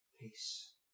peace